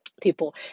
people